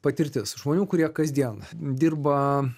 patirtis žmonių kurie kasdien dirba